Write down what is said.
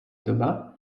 doba